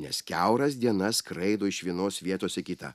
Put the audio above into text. nes kiauras dienas skraido iš vienos vietos į kitą